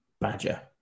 badger